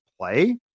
play